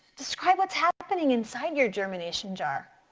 describe what's happening inside your germination jar.